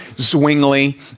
Zwingli